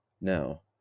Now